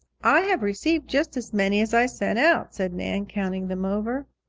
i have received just as many as i sent out, said nan, counting them over.